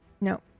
No